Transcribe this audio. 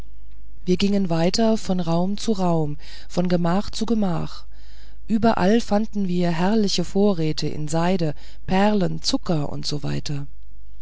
wir gingen weiter von raum zu raum von gemach zu gemach überall fanden wir herrliche vorräte in seide perlen zucker usw